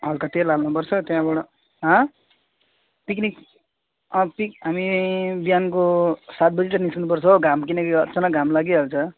हल्का तेल हाल्नुपर्छ त्यहाँबाट हँ पिक्निक पिक् हामी बिहानको सात बजीतिर निस्किनुपर्छ हो घाम किनकि यो अचानक घाम लागिहाल्छ